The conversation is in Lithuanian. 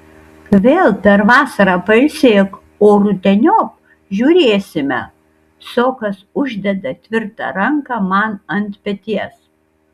vėl per vasarą pailsėk o rudeniop žiūrėsime sokas uždeda tvirtą ranką man ant peties